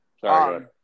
Sorry